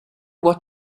what